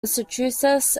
massachusetts